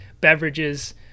beverages